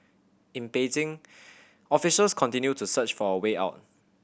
in Beijing officials continue to search for a way out